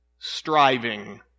Striving